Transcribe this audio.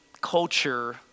culture